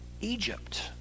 Egypt